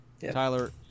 Tyler